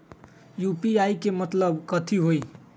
UPI के मतलब कथी होई?